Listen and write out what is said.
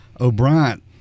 O'Brien